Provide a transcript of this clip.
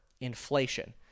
inflation